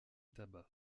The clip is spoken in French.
tabac